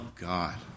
God